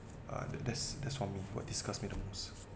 uh that's that's for me what disgust me the most